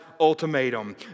ultimatum